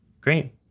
Great